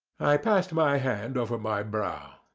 i passed my hand over my brow.